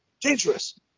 dangerous